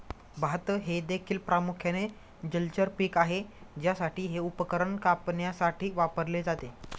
भात हे देखील प्रामुख्याने जलचर पीक आहे ज्यासाठी हे उपकरण कापण्यासाठी वापरले जाते